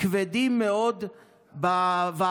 כבדים מאוד בוועדות.